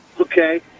Okay